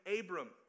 Abram